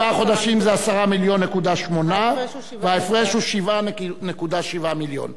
חודשים זה 10.8 מיליון, וההפרש הוא 7.7 מיליון,